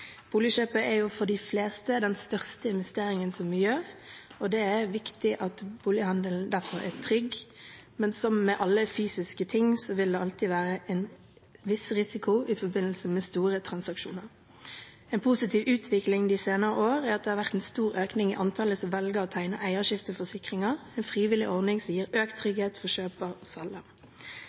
Boligkjøpet er for de fleste den største investeringen en gjør, og det er viktig at bolighandelen derfor er trygg. Men som ved alle fysiske ting vil det alltid være en viss risiko i forbindelse med store transaksjoner. En positiv utvikling de senere år er at det har vært en stor økning i antallet som velger å tegne eierskifteforsikringer – en frivillig ordning som gir økt trygghet for kjøper og selger. Regjeringspartiene mener at selv om omfanget av